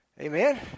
Amen